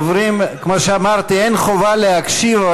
הדוברים, כמו שאמרתי, אין חובה להקשיב.